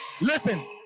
Listen